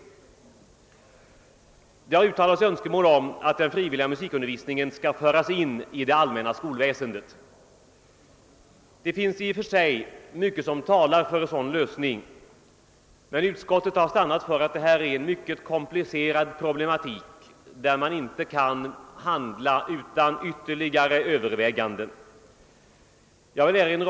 Det har uttalats önskemål om att den frivilliga musikundervisningen skall inordnas i det allmänna skolväsendet. Det finns i och för sig mycket som talar för en sådan lösning, men utskottet har funnit att detta problem är så komplicerat, att man inte kan handla utan ytterligare överväganden.